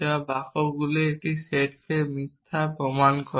যা বাক্যগুলির একটি সেটকে মিথ্যা প্রমান করে